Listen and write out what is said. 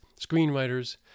screenwriters